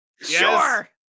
sure